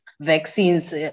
vaccines